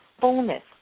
fullness